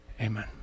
Amen